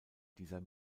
dieser